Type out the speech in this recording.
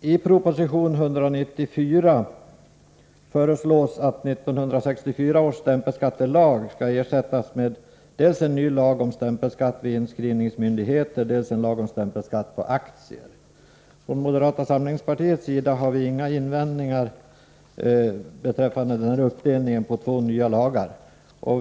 I proposition 194 föreslås att 1964 års stämpelskattelag skall ersättas av dels en ny lag om stämpelskatt vid inskrivningsmyndigheter, dels av en lag om stämpelskatt på aktier. Från moderata samlingspartiets sida har vi inga invändningar mot uppdelningen på två nya lagar.